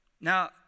Now